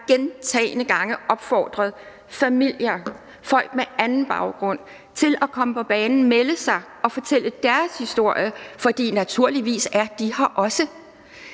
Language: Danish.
gå tilbage og se, familier og folk med anden etnisk baggrund til at komme på banen, melde sig og fortælle deres historie, for naturligvis er de har også.